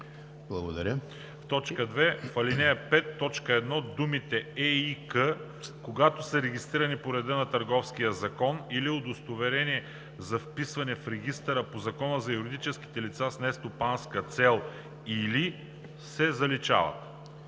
заличават. 2. В ал. 5, т. 1 думите „ЕИК, когато са регистрирани по реда на Търговския закон, или удостоверение за вписване в регистъра по Закона за юридическите лица с нестопанска цел, или“ се заличават.“